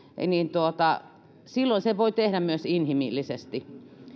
niin silloin sen voi tehdä myös inhimillisesti